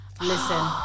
Listen